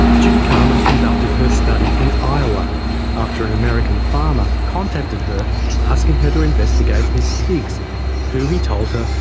judy carman conducted her study in iowa after an american farmer contacted her asking her to investigate his pigs who, he told her,